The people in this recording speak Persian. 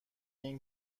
این